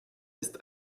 ist